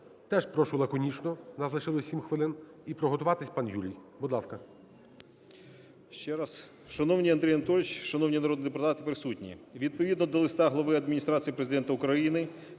теж прошу лаконічно, в нас лишилося 7 хвилин. І приготуватися, пан Юрій. Будь ласка.